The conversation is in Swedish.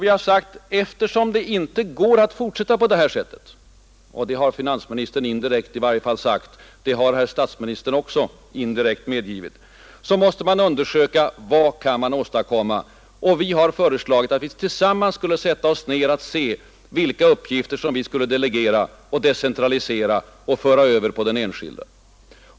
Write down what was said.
Vi har sagt: Eftersom det inte går att fortsätta på det här sättet — det har finansministern i varje fall indirekt medgivit, och det har herr statsministern också indirekt erkänt — så måste man undersöka vad man kan åstadkomma. Vi har föreslagit att partierna tillsammans skulle sätta sig ned för att se vilka uppgifter som vi skulle delegera, decentralisera och föra över på den enskilde.